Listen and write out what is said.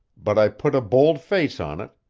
but i put a bold face on it,